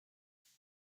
粮食